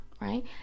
right